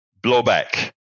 blowback